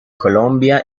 colombia